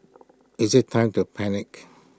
is IT time to panic